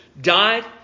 died